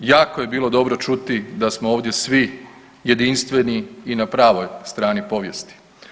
Jako je bilo dobro čuti da smo ovdje svi jedinstveni i na pravoj strani povijesti.